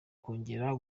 kongera